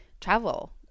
travel